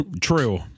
True